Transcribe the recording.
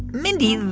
mindy,